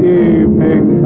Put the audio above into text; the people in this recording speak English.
evening